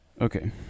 Okay